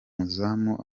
umuzamu